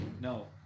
no